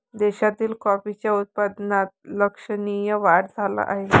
देशातील कॉफीच्या उत्पादनात लक्षणीय वाढ झाला आहे